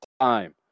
time